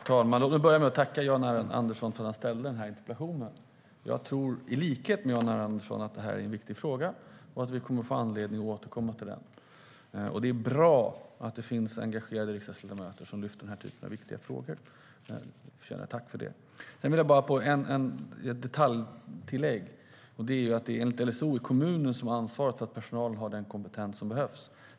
Herr talman! Låt mig börja med att tacka Jan R Andersson för att han ställt interpellationen. Jag tror i likhet med honom att det här är en viktig fråga och att vi kommer att få anledning att återkomma till den. Det är bra att det finns engagerade riksdagsledamöter som lyfter fram den typen av viktiga frågor. De förtjänar ett tack för det. Jag vill göra ett detaljtillägg. Enligt LSO har kommunen ansvaret för att personalen har den kompetens som behövs.